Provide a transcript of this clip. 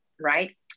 right